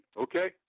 okay